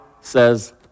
says